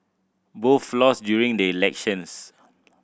both lost during the elections